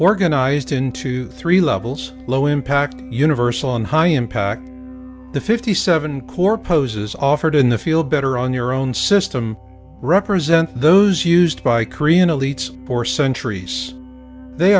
organized into three levels low impact universal and high impact the fifty seven core poses offered in the feel better on your own system represent those used by korean elites for centuries they